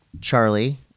Charlie